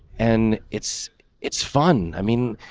and it's it's fun. i mean,